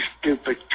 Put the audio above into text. stupid